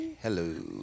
Hello